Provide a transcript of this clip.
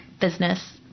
business